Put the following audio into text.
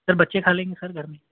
سر بچے کھا لیں گے سر گھر میں